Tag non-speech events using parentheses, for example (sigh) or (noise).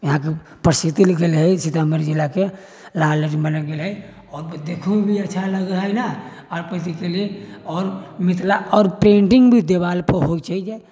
यहाँके प्रसिद्धि लिखल हइ सीतामढ़ी जिलाके लाह लहठीके देखहोमे भी अच्छा लगैत हइ ने आओर (unintelligible) मिथिला आओर पेन्टिङ्ग भी देवाल पर होइत छै जे